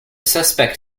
suspect